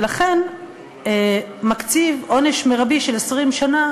ולכן מקציב עונש מרבי של 20 שנה,